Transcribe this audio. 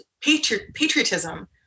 patriotism